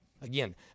Again